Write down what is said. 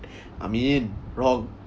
ameen wrong